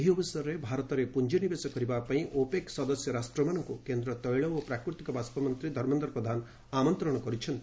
ଏହି ଅବସରରେ ଭାରତରେ ପୁଞ୍ଜିନିବେଶ କରିବାପାଇଁ ଓପେକ୍ ସଦସ୍ୟ ରାଷ୍ଟ୍ରମାନଙ୍କୁ କେନ୍ଦ୍ର ତୈଳ ଓ ପ୍ରାକୃତିକ ବାଷ୍ପ ମନ୍ତ୍ରୀ ଧର୍ମେନ୍ଦ୍ର ପ୍ରଧାନ ଆମନ୍ତଣ କରିଛନ୍ତି